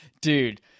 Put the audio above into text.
Dude